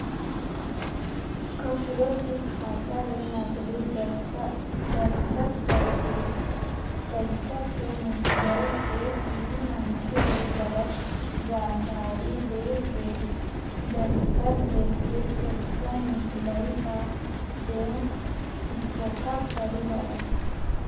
कखरो भी खाता ले नकली दस्कत करके पइसा के निकलई ते उही मनखे ले गलत जानकारी देय के दस्कत लेके पइसा निकलई ह बेंक धोखाघड़ी हरय